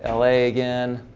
ah la again